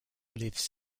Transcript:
lives